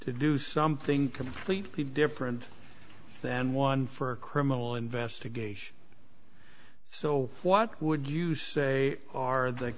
to do something completely different than one for a criminal investigation so what would you say are the